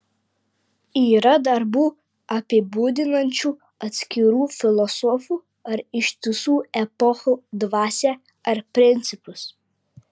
yra darbų apibūdinančių atskirų filosofų ar ištisų epochų dvasią ar principus